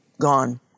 gone